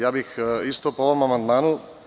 Ja bih isto po ovom amandmanu.